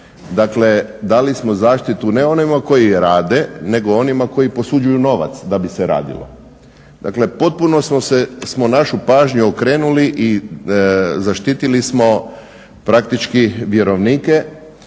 dakle dali smo zaštitu ne onima koji rade nego onima koji posuđuju novac da bi se radilo. Dakle potpuno smo našu pažnju okrenuli i zaštitili smo praktički vjerovnike